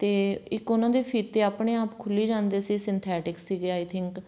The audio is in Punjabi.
ਅਤੇ ਇੱਕ ਉਹਨਾਂ ਦੇ ਫੀਤੇ ਆਪਣੇ ਆਪ ਖੁੱਲ੍ਹੀ ਜਾਂਦੇ ਸੀ ਸਿੰਥੈਟਿਕ ਸੀਗੇ ਆਈ ਥਿੰਕ